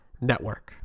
Network